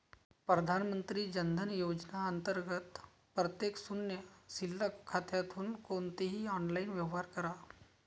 प्रधानमंत्री जन धन योजना अंतर्गत प्रत्येक शून्य शिल्लक खात्यातून कोणतेही ऑनलाइन व्यवहार करा